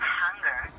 hunger